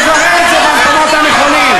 ולברר את זה במקומות הנכונים.